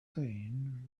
saying